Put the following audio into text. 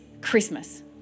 Christmas